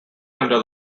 under